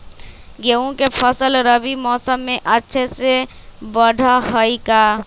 गेंहू के फ़सल रबी मौसम में अच्छे से बढ़ हई का?